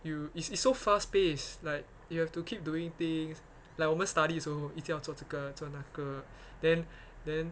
you it's it's so fast pace like you have to keep doing things like 我们 study 的时候一定要做这个做那个 then then